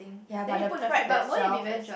ya but the prep itself is